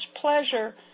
pleasure